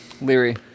Leary